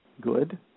Good